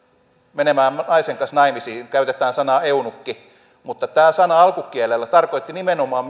menemään naisen kanssa naimisiin käytetään sanaa eunukki mutta alkukielellä nimenomaan